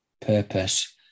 purpose